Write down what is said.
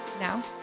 Now